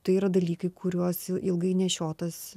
tai yra dalykai kuriuos ilgai nešiotas